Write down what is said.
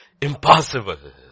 impossible